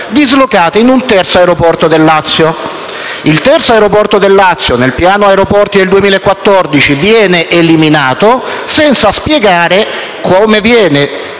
dislocate in un terzo aeroporto del Lazio. Questo terzo aeroporto del Lazio nel piano aeroporti del 2014 è stato eliminato, senza spiegare come sarebbe